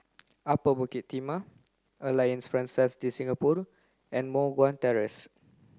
Upper Bukit Timah Alliance Francaise de Singapour and Moh Guan Terrace